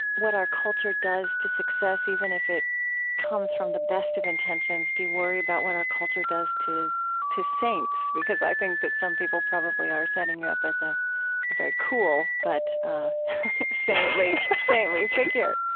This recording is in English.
what our culture does to success, even if it comes from the best of intentions? do you worry about what our culture does to to saints? because i think that some people probably are setting you up as a ah very cool but saintly saintly figure